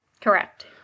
Correct